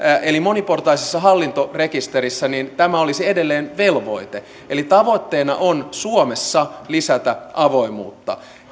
moniportaisessa hallintarekisterissä tämä olisi edelleen velvoite eli tavoitteena on lisätä avoimuutta